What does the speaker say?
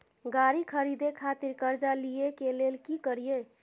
गाड़ी खरीदे खातिर कर्जा लिए के लेल की करिए?